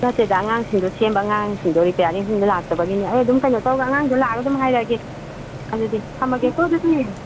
ꯅꯠꯇꯦꯗ ꯑꯉꯥꯡꯁꯤꯡꯗꯨ ꯁꯦꯝꯕ ꯑꯉꯥꯡꯁꯤꯡꯗꯨ ꯔꯤꯄꯦꯔꯤꯡꯁꯤꯡꯗꯨ ꯂꯥꯛꯇꯕꯒꯤꯅꯤ ꯑꯩ ꯑꯗꯨꯝ ꯀꯩꯅꯣꯇꯧꯔ ꯑꯉꯥꯡꯗꯣ ꯂꯥꯛꯑꯒ ꯑꯗꯨꯝ ꯍꯥꯏꯔꯛꯑꯒꯦ ꯑꯗꯨꯗ ꯊꯝꯃꯒꯦꯀꯣ ꯑꯗꯨꯗ